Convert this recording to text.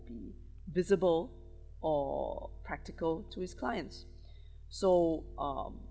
be visible or practical to his clients so um